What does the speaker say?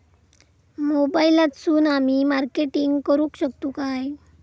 मोबाईलातसून आमी मार्केटिंग करूक शकतू काय?